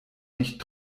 nicht